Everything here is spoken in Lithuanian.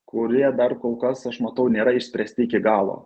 kurie dar kol kas aš matau nėra išspręsti iki galo